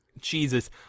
Jesus